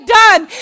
done